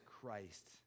Christ